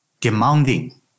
demanding